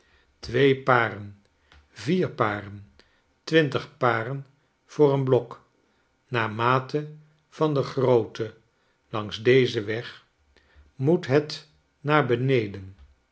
twee paren vier paren twintig paren voor een blok naarmate van de grootte langs dezen weg moet het naar beneden